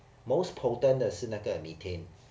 most potent 的是那个 methane